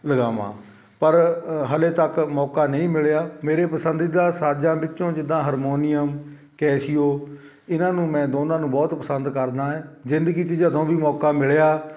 ਲਗਾਵਾਂ ਪਰ ਅ ਹਜੇ ਤੱਕ ਮੌਕਾ ਨਹੀਂ ਮਿਲਿਆ ਮੇਰੇ ਪਸੰਦੀਦਾ ਸਾਜਾਂ ਵਿੱਚੋਂ ਜਿੱਦਾਂ ਹਰਮੋਨੀਅਮ ਕੈਸ਼ੀਓ ਇਹਨਾਂ ਨੂੰ ਮੈਂ ਦੋਨਾਂ ਨੂੰ ਬਹੁਤ ਪਸੰਦ ਕਰਦਾ ਹੈ ਜ਼ਿੰਦਗੀ 'ਚ ਜਦੋਂ ਵੀ ਮੌਕਾ ਮਿਲਿਆ